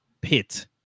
pit